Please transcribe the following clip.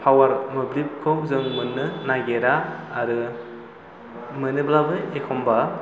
power मोब्लिबखौ जों मोननो नागिरा आरो मोनोब्लाबो एखनबा